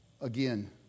Again